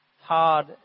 hard